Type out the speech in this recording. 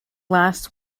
last